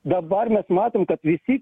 dabar mes matom kad visi